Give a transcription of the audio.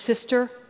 sister